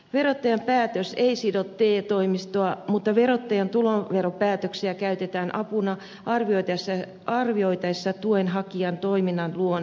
verottajan päätös ei sido te toimistoa mutta verottajan tuloveropäätöksiä käytetään apuna arvioitaessa tuen hakijan toiminnan luonnetta